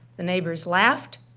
the neighbors laughed,